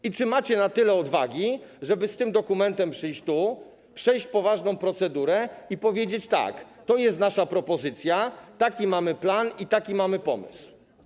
I czy macie na tyle odwagi, żeby z tym dokumentem tu przyjść, przejść poważną procedurę i powiedzieć tak: To jest nasza propozycja, taki mamy plan i taki mamy pomysł.